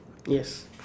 yes